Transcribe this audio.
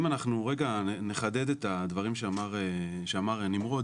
אם אנחנו רגע נחדד את הדברים שאמר נמרוד,